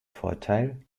vorteil